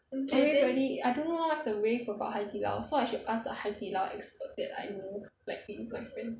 everybody I don't know what's the rave about 海底捞 so I should ask the 海底捞 expert that I know like within my friends